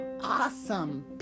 awesome